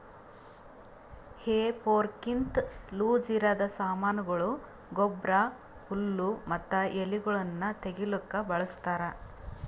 ಹೇ ಫೋರ್ಕ್ಲಿಂತ ಲೂಸಇರದ್ ಸಾಮಾನಗೊಳ, ಗೊಬ್ಬರ, ಹುಲ್ಲು ಮತ್ತ ಎಲಿಗೊಳನ್ನು ತೆಗಿಲುಕ ಬಳಸ್ತಾರ್